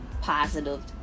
positive